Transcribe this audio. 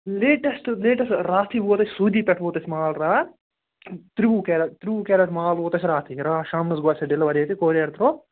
لیٹسٹہٕ لیٹسٹہٕ راتھٕے ووت اَسہِ سعودی پیٚٹھ ووت اَسہِ مال راتھ ترٛوٚوُہ کیریٹ ترٛوٚوُہ کیریٹ مال ووت اَسہِ راتھٕے راتھ شامنَس گوٚو اَسہِ سُہ ڈیلِوَر ییٚتہِ کوریٚر تھرٛوٗ